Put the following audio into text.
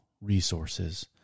resources